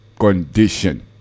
condition